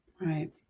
Right